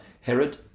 Herod